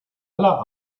aller